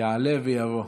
יעלה ויבוא.